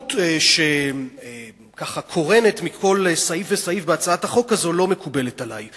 הסלחנות שקורנת מכל סעיף וסעיף בהצעת החוק הזו לא מקובלת עלי.